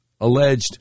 alleged